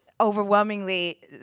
overwhelmingly